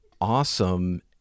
awesome